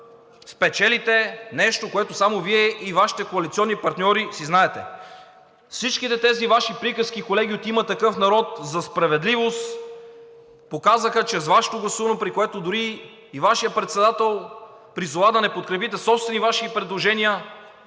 спечелите нещо, което само Вие и Вашите коалиционни партньори си знаете. Всичките тези Ваши приказки, колеги от „Има такъв народ“, за справедливост показаха, че с Вашето гласуване, при което дори и Вашият председател призова да не подкрепите собствени Ваши предложения,